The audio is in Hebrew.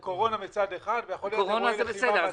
זה קורונה מצד אחד ויכול להיות אירועי לחימה מצד שני.